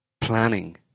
planning